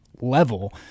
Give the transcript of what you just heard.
level